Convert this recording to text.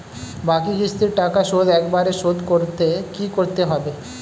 বাকি কিস্তির টাকা শোধ একবারে শোধ করতে কি করতে হবে?